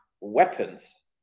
weapons